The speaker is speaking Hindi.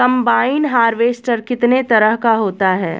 कम्बाइन हार्वेसटर कितने तरह का होता है?